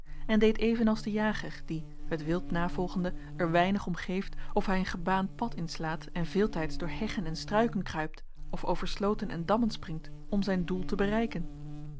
en deed evenals de jager die het wild navolgende er weinig om geeft of hij een gebaand pad inslaat en veeltijds door heggen en struiken kruipt of over slooten en dammen springt om zijn doel te bereiken